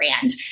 brand